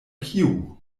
kiu